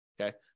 okay